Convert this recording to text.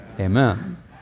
amen